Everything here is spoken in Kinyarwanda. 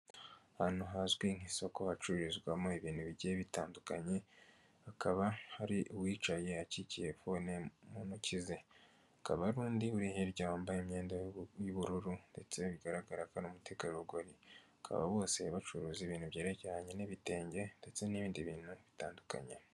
Ahantu hazwi nk'isoko hacururizwamo ibintu bigiye bitandukanye hakaba hari uwicaye acikiye fone mu ntoki ze, hakaba hari undi uri hirya yambaye imyenda y'ubururu ndetse bigaragara ari umutegarugori bakaba bose bacuruza ibintu byerekeranye n'ibitenge ndetse n'ibindi bintu bitandukanye.